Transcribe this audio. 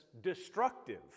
destructive